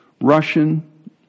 Russian